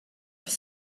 have